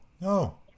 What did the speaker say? no